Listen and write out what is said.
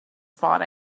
spot